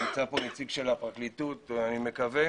נמצא פה נציג של הפרקליטות, אני מקווה,